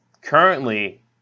Currently